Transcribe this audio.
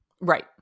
Right